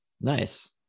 Nice